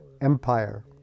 Empire